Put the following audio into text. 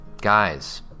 guys